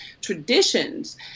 traditions